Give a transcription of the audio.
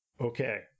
Okay